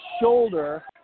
shoulder